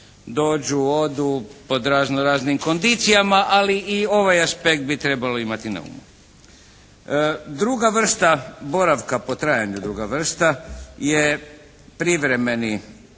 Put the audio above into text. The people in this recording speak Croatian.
dođu, odu pod razno-raznim kondicijama, ali i ovaj aspekt bi trebalo imati na umu. Druga vrsta boravka, po trajanju druga vrsta, je privremeni